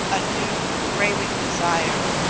a new, craving desire.